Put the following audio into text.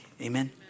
Amen